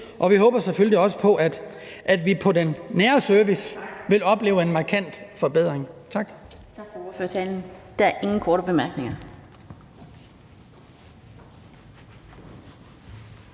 og vi håber selvfølgelig også på, at vi i den nære service vil opleve en markant forbedring. Tak.